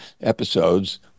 episodes